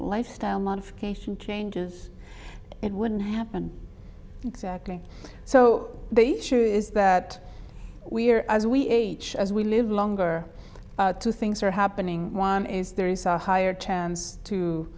lifestyle modification changes it wouldn't happen exactly so they issue is that we're as we age as we live longer two things are happening one is there is a higher chance to